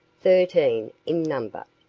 thirteen in number.